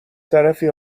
طرفی